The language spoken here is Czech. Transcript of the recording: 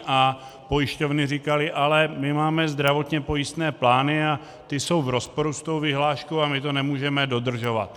A pojišťovny říkaly: Ale my máme zdravotně pojistné plány a ty jsou v rozporu s vyhláškou a my to nemůžeme dodržovat.